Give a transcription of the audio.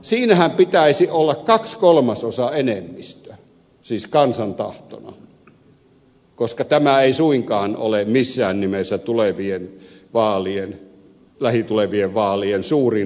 siinähän pitäisi olla kahden kolmasosan enemmistö siis kansan tahtona koska tämä ei suinkaan ole missään nimessä tulevien vaalien suuri asia